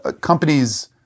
Companies